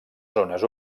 zones